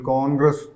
Congress